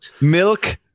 Milk